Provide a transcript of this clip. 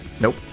nope